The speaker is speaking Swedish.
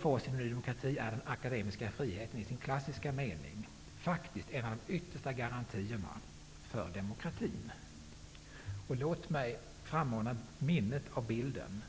För oss inom Ny demokrati är den akademiska friheten i sin klassiska mening faktiskt en av de yttersta garantierna för demokratin. Låt mig frammana minnet av bilden